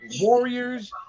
Warriors